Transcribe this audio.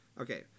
Okay